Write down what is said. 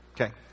Okay